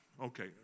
Okay